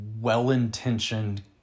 Well-intentioned